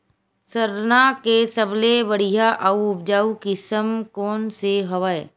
सरना के सबले बढ़िया आऊ उपजाऊ किसम कोन से हवय?